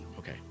Okay